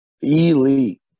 elite